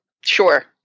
Sure